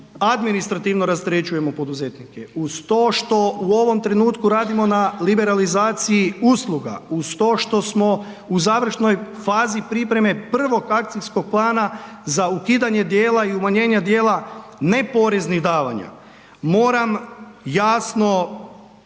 administrativno rasterećujemo poduzetnike, uz to što u ovom trenutku radimo na liberalizaciji usluga, uz to što smo u završnoj fazi pripreme prvog akcijskog plana za ukidanje dijela i umanjenja dijela neporeznih davanja, moram jasno